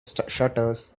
shutters